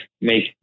make